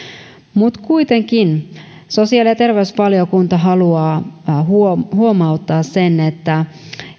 kuitenkin sosiaali ja terveysvaliokunta haluaa huomauttaa että